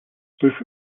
spoof